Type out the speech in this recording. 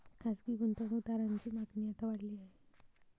खासगी गुंतवणूक दारांची मागणी आता वाढली आहे